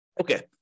Okay